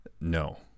no